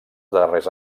darrers